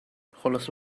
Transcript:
خلاصه